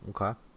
Okay